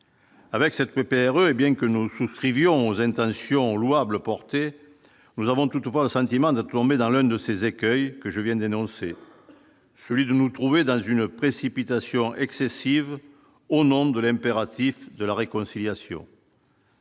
Avec cette me perds et bien que nous souscrivons aux intentions louables portée nous avons toutefois le sentiment d'être long mais dans l'un de ces écueils que je viens d'énoncer, celui de nous trouver dans une précipitation excessive au nom de l'impératif de la réconciliation.